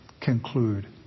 conclude